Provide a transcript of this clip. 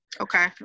Okay